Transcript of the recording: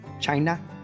China